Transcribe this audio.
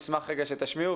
נשמח אם תשמיעו.